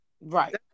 Right